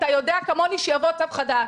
אתה יודע כמוני שיבוא צו חדש